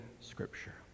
scripture